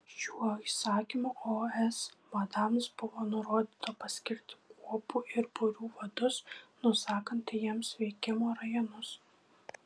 šiuo įsakymu os vadams buvo nurodyta paskirti kuopų ir būrių vadus nusakant jiems veikimo rajonus